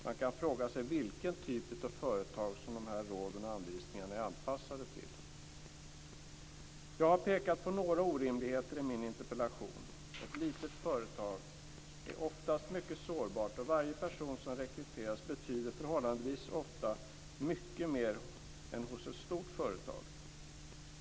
Man kan fråga sig vilken typ av företag som de här råden och anvisningarna är anpassade för. Jag har i min interpellation pekat på några orimligheter. Ett litet företag är oftast mycket sårbart, och varje person som rekryteras där betyder förhållandevis ofta mycket mer än hos ett stort företag.